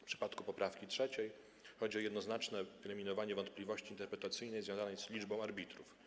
W przypadku poprawki trzeciej chodzi o jednoznaczne wyeliminowanie wątpliwości interpretacyjnej związanej z liczbą arbitrów.